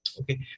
Okay